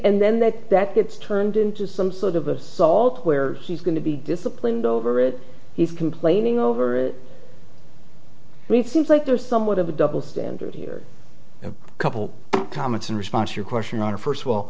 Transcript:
and then that that gets turned into some sort of assault where he's going to be disciplined over it he's complaining over me it seems like there's somewhat of a double standard here a couple comments in response to your question on a first